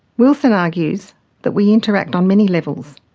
wilson argues that we interact on many levels,